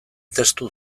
testu